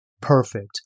perfect